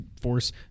force